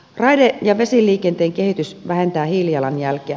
raide ja vesiliikenteen kehitys vähentää hiilijalanjälkeä